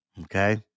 okay